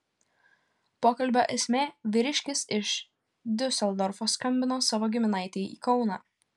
pokalbio esmė vyriškis iš diuseldorfo skambino savo giminaitei į kauną